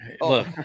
look